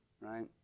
Right